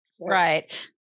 Right